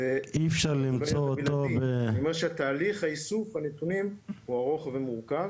אי אפשר למצוא אותו -- אני אומר שתהליך איסוף הנתונים הוא ארוך ומורכב